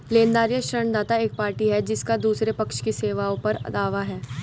लेनदार या ऋणदाता एक पार्टी है जिसका दूसरे पक्ष की सेवाओं पर दावा है